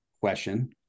question